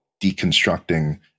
deconstructing